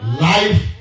Life